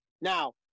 Now